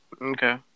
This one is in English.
Okay